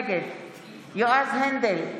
נגד יועז הנדל,